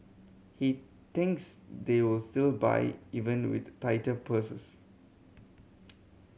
he thinks they will still buy even with tighter purses